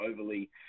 overly